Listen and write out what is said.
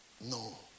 No